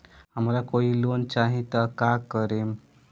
हमरा कोई लोन चाही त का करेम?